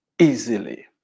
easily